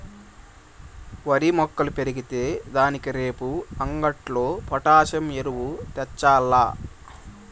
ఓరి మొక్కలు పెరిగే దానికి రేపు అంగట్లో పొటాసియం ఎరువు తెచ్చాల్ల